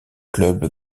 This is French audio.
club